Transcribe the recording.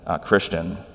Christian